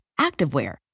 activewear